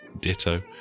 ditto